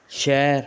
ਸ਼ਹਿਰ